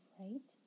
right